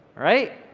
right?